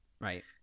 Right